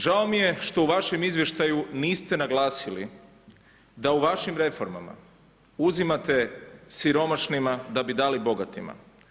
Žao mi je što u vašem izvještaju niste naglasili da u vašim reformama uzimate siromašnima da bi dali bogatima.